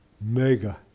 mega